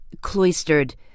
cloistered